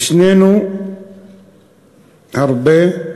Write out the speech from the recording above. ולשנינו הרבה,